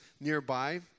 nearby